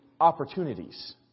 opportunities